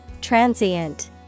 Transient